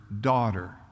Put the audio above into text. daughter